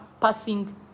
passing